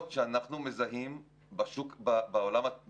אם זה אנשים עם בעיות רפואיות חמורות מאוד,